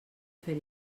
fer